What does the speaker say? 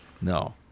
no